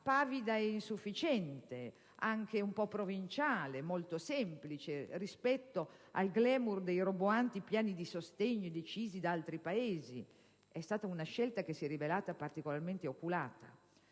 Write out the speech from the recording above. pavida e insufficiente, anche un po' provinciale, molto semplice, rispetto al *glamour* dei roboanti piani di sostegno decisi da altri Paesi. È stata una scelta che però si è rivelata particolarmente oculata.